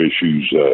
issues